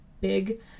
big